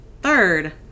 third